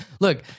look